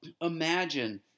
imagine